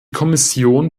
kommission